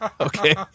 Okay